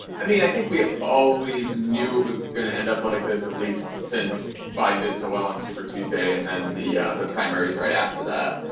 i mean, i think we always knew it was going to end up like this, at least since biden did so well on super tuesday and then the the primaries right after that.